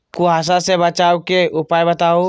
कुहासा से बचाव के उपाय बताऊ?